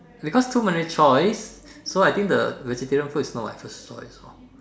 because too many choice so I think the vegetarian food is not my first choice hor